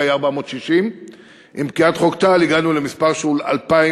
היה 460. עם פקיעת חוק טל הגענו למספר שהוא 2,026,